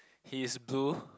he is blue